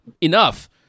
enough